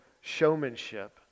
showmanship